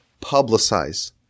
publicize